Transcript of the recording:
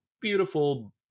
beautiful